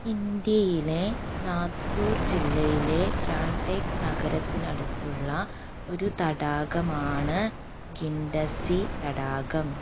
ഇന്ത്യയിലെ നാഗ്പൂർ ജില്ലയിലെ രാംടെക് നഗരത്തിനടുത്തുള്ള ഒരു തടാകമാണ് ഖിൻഡസ്സി തടാകം